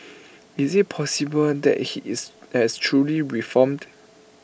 is IT possible that he is has truly reformed